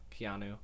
Keanu